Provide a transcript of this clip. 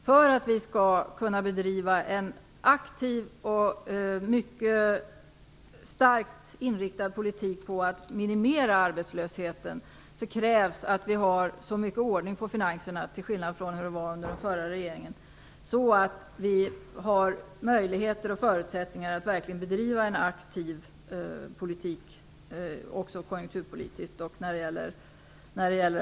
För att vi skall kunna bedriva en aktiv politik som är mycket starkt inriktad på att minimera arbetslösheten krävs det att vi, till skillnad från den förra regeringen, har så mycket ordning på finanserna att vi har möjligheter till och förutsättningar för att verkligen bedriva en sådan aktiv politik, också konjunkturpolitiskt.